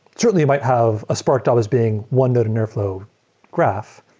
certainly, you might have a spark that was being one node in airflow graph,